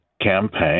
campaign